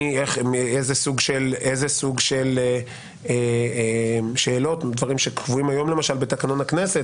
איזה סוג של שאלות ודברים שקבועים היום בתקנון הכנסת,